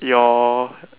your